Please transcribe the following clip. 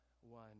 one